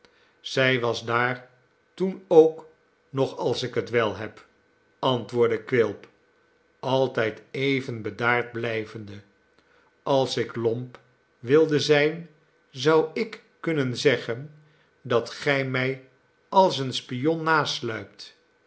zij was daar toen ook nog als ik welheb antwoordde quilp altijd even bedaard blijvende als ik lomp wilde zijn zou ik kunnen zeggen dat gij mij als een spion